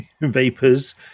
vapors